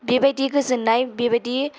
बेबायदि गोजोन्नाय बेबायदि